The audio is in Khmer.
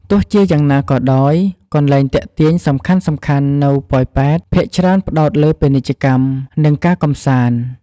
ទោះជាយ៉ាងណាក៏ដោយ កន្លែងទាក់ទាញសំខាន់ៗនៅប៉ោយប៉ែតភាគច្រើនផ្តោតលើពាណិជ្ជកម្ម និង ការកម្សាន្ត។